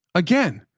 again.